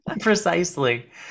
Precisely